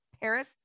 Paris